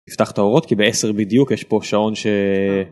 תפתח את האורות כי בעשר בדיוק יש פה שעון ש...